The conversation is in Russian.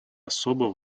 особо